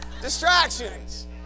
Distractions